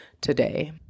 today